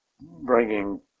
bringing